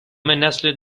نسل